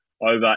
over